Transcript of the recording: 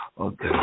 okay